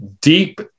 deep